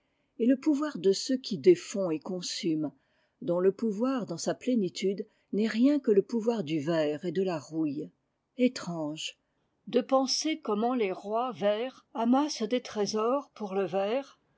ciel etle pouvoir de ceux qui défont et consument dont le pouvoir dans sa plénitude n'est rien que le pouvoir du ver et de la rouille etrange de pensercommentles rois versamassent des trésors pour le ver